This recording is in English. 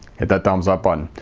hit that thumbs up button.